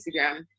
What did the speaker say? Instagram